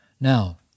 now